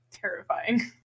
terrifying